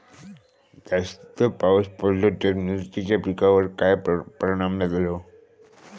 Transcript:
जास्त पाऊस पडलो तर मिरचीच्या पिकार काय परणाम जतालो?